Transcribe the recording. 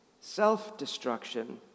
self-destruction